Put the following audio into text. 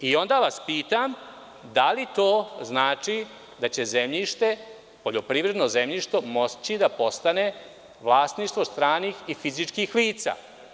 Pitam vas – da li to znači da će zemljište, poljoprivredno zemljište moći da postane vlasništvo stranih fizičkih lica?